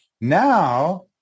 Now